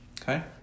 Okay